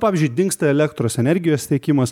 pavyzdžiui dingsta elektros energijos tiekimas